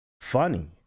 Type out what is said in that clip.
funny